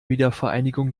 wiedervereinigung